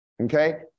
okay